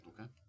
Okay